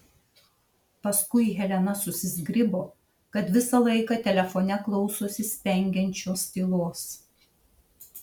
paskui helena susizgribo kad visą laiką telefone klausosi spengiančios tylos